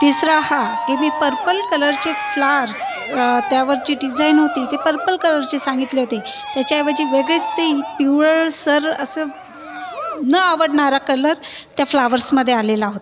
तिसरा हा की मी पर्पल कलरचे फ्लाअर्स त्यावरची डिझाईन होती ती पर्पल कलरची सांगितले होते त्याच्याऐवजी वेगळीच ते पिवळसर असं न आवडणारा कलर त्या फ्लावर्समध्ये आलेला होता